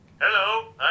Hello